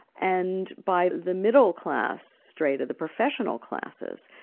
and by the middle-class stray to the professional classes.